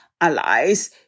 allies